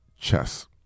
chess